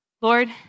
Lord